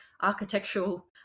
architectural